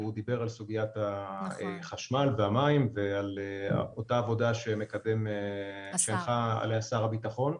הוא דיבר על סוגיית החשמל והמים ועל אותה עבודה שמקדם השר לביטחון.